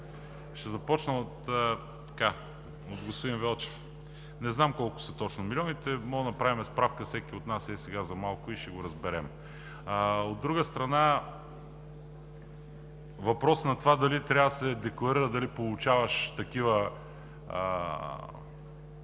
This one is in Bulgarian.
ще започна от господин Велчев. Не знам колко са точно милионите, всеки от нас може да направи справка – ей, сега за малко и ще разберем. От друга страна, въпрос на това дали трябва да се декларира, че получаваш такива,